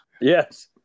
Yes